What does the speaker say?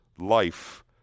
life